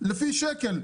לפי שקל.